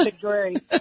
Great